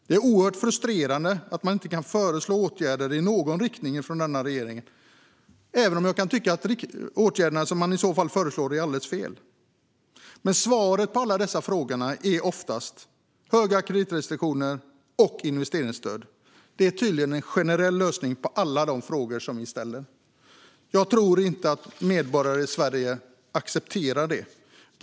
Det är oerhört frustrerande att denna regering inte kan föreslå åtgärder i någon riktning, även om jag skulle tycka att de åtgärder som man i så fall föreslår är alldeles fel. Men svaret på alla dessa frågor är oftast stora kreditrestriktioner och investeringsstöd. Det är tydligen en generell lösning på alla de frågor som vi ställer. Jag tror inte att medborgarna i Sverige accepterar det.